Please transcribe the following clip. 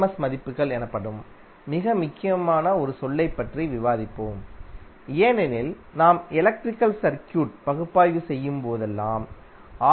S மதிப்புகள் எனப்படும் மிக முக்கியமான ஒரு சொல்லைப் பற்றி விவாதிப்போம் ஏனெனில் நாம் எலக்ட்ரிக்கல் சர்க்யூட் பகுப்பாய்வு செய்யும் போதெல்லாம் ஆர்